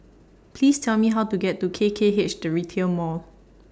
Please Tell Me How to get to K K H The Retail Mall